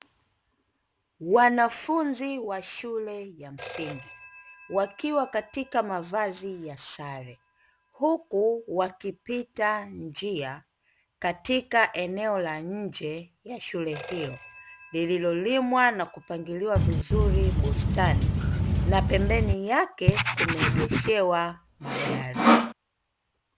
Wanafunzi wa shule ya msingi wakiwa katika mavazi ya sare, huku wakipita njia katika eneo la nje ya shule hiyo lililolimwa na kupangiliwa vizuri bustani na pembeni yake kumeegeshewa magari.